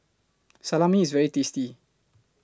Salami IS very tasty